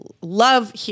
love